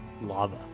lava